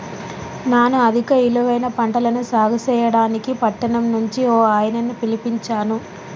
నాను అధిక ఇలువైన పంటలను సాగు సెయ్యడానికి పట్టణం నుంచి ఓ ఆయనని పిలిపించాను